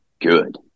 good